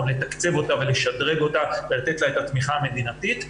לתקצב ולשדרג אותה ולתת לה את התמיכה המדינתית,